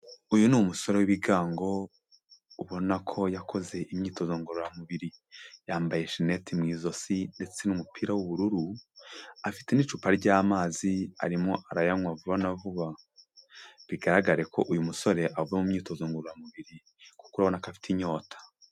Uyu ni umusore w'ibigango, ubona ko yakoze imyitozo ngororamubiri. Yambaye sheneti mu ijosi, ndetse n'umupira w'ubururu, afite n'icupa ry'amazi, arimo arayanywa vuba na vuba. Bigaragare ko uyu musore avuye mu myitozo ngororamubiri. Kuko urabona ko afite inyota.